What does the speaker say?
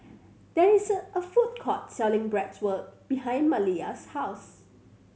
there is a food court selling Bratwurst behind Maliyah's house